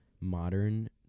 modern